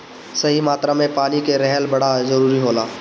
सही मात्रा में पानी के रहल बड़ा जरूरी होला